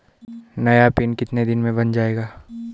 नया पिन कितने दिन में बन जायेगा?